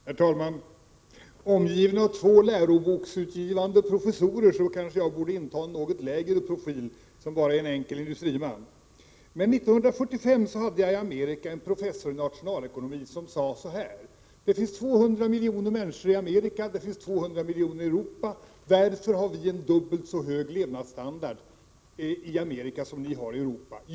Herr talman! Omgiven av två läroboksutgivande professorer kanske jag borde inta en något lägre profil som bara är en enkel industriman. År 1945 hade jag i Amerika en professor i nationalekonomi som sade: Det finns 200 miljoner människor i Amerika och 200 miljoner i Europa. Varför har vi dubbelt så hög levnadsstandard i Amerika som ni har i Europa?